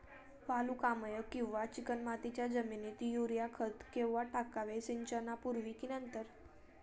वालुकामय किंवा चिकणमातीच्या जमिनीत युरिया खत केव्हा टाकावे, सिंचनापूर्वी की नंतर?